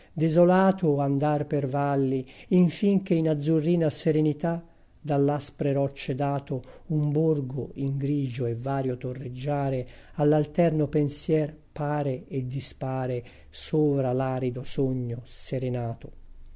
desolato andar per valli in fin che in azzurrina canti orfici dino campana serenità dall'aspre rocce dato un borgo in grigio e vario torreggiare all'alterno pensier pare e dispare sovra l'arido sogno serenato